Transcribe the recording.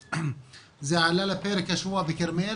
זה עלה לפרק השבוע בכרמיאל,